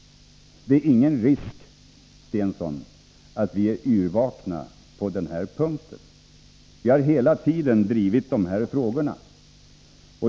Det är ingen risk, Börje Stensson, att vi är yrvakna på den här punkten. Vi har hela tiden drivit dessa frågor.